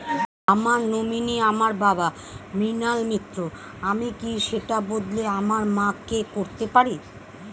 আমার নমিনি আমার বাবা, মৃণাল মিত্র, আমি কি সেটা বদলে আমার মা কে করতে পারি?